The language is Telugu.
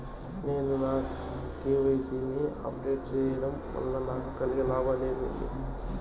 నేను నా కె.వై.సి ని అప్ డేట్ సేయడం వల్ల నాకు కలిగే లాభాలు ఏమేమీ?